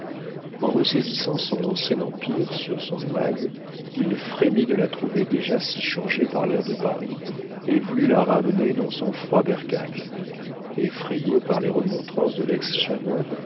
en ressaisissant son ancien empire sur son ouaille il frémit de la trouver déjà si changée par l'air de paris et voulut la ramener dans son froid bercail effrayée par les remontrances de lex chanoine